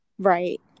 Right